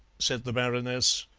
said the baroness,